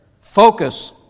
focus